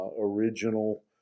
original